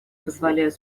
позволяют